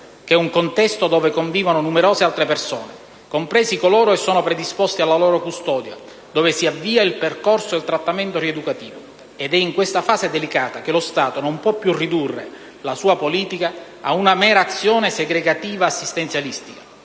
che è un contesto dove convivono numerose altre persone, compresi coloro che sono predisposti alla loro custodia, dove si avvia il percorso del trattamento rieducativo. In questa fase delicata lo Stato non può più ridurre la sua politica ad una mera azione segregativa-assistenzialistica;